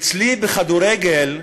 אצלי בכדורגל,